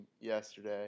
yesterday